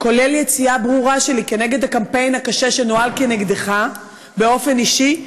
כולל יציאה ברורה שלי כנגד הקמפיין הקשה שנוהל נגדך באופן אישי.